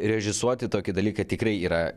režisuoti tokie dalykai tikrai yra